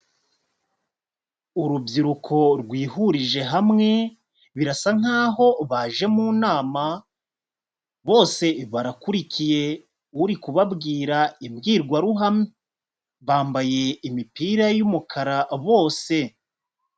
Urubyiruko rwihurije hamwe, birasa nk'aho baje mu nama, bose barakurikiye uri kubabwira imbwirwaruhame. Bambaye imipira y'umukara bose.